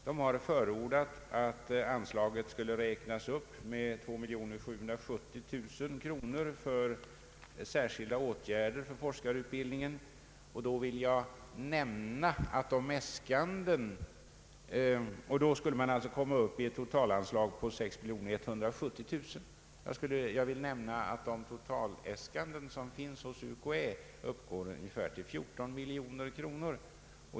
UKÄ har förordat att anslaget uppräknas med 2770 000 kronor till särskilda åtgärder för forskarutbildningen, och då skulle man komma upp till ett totalanslag på 6 170 000 kronor. Jag vill nämna att de totaläskanden som framförts till UKÄ uppgår till ungefär 14 miljoner kronor.